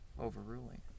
overruling